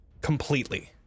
completely